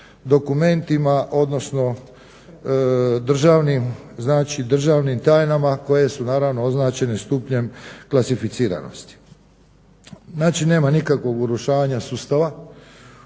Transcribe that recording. dokumentima odnosno državnim tajnama koje su označene stupnjem klasificiranosti. Znači nema nikakvog urušavanja sustava.